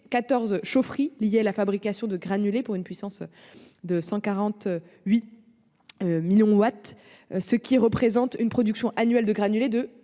chaufferies liées à la fabrication de granulés pour une puissance de 148 mégawatts, ce qui représente une production annuelle de granulés